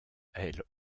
ailes